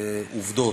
העובדות.